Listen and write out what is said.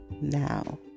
now